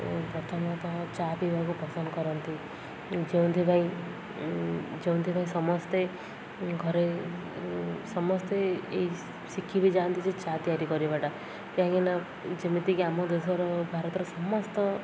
ପ୍ରଥମତଃ ଚା ପିଇବାକୁ ପସନ୍ଦ କରନ୍ତି ଯେଉଁଥିପାଇଁ ଯେଉଁଥିପାଇଁ ସମସ୍ତେ ଘରେ ସମସ୍ତେ ଏଇ ଶିଖି ବିି ଯାଆନ୍ତି ଯେ ଚା ତିଆରି କରିବାଟା କାହିଁକିନା ଯେମିତିକି ଆମ ଦେଶର ଭାରତର ସମସ୍ତ